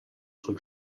sul